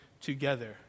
together